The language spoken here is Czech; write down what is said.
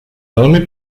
velmi